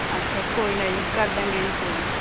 ਅੱਛਾ ਕੋਈ ਨਾ ਜੀ ਕਰ ਦਵਾਂਗੇ ਜੀ ਕੋਈ ਨਾ